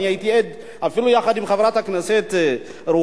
הייתי עד יחד עם חברת הכנסת רוחמה,